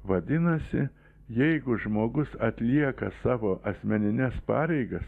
vadinasi jeigu žmogus atlieka savo asmenines pareigas